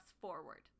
forward